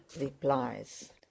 replies